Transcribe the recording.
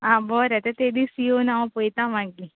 आं बरें तें ते दीस येवन हांव पळयता मागीर